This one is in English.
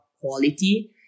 quality